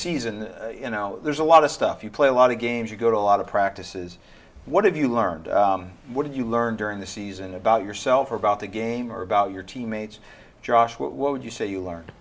season you know there's a lot of stuff you play a lot of games you go to a lot of practices what have you learned what did you learn during the season about yourself or about the game or about your teammates josh what would you say you learned